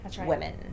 women